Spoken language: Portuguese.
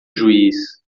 juiz